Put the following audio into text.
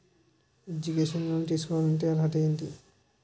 Educational loan తీసుకోవాలంటే అర్హత ఏంటి?